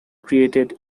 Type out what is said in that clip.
created